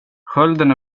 skölden